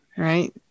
Right